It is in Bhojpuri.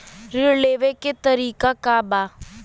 ऋण लेवे के तरीका का बा?